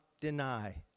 deny